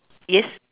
yes